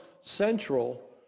central